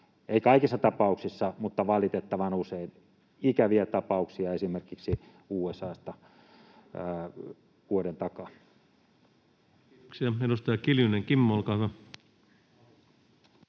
Ei kaikissa tapauksissa, mutta valitettavan usein, ikäviä tapauksia esimerkiksi USA:sta vuoden takaa. Kiitoksia. — Edustaja Kiljunen, Kimmo, olkaa